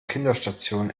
kinderstation